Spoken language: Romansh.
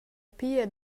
pia